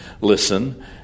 listen